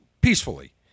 peacefully